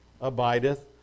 abideth